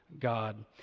God